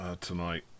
tonight